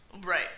Right